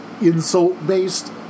insult-based